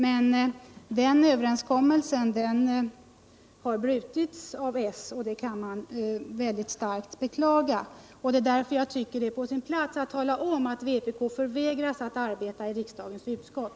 Men den överenskommelsen har brutits av socialdemokraterna, och det kan man väldigt starkt beklaga. Det är därför jag tycker att det är på sin plats att tala om att vpk förvägras att arbeta i riksdagens utskott.